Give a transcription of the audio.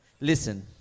Listen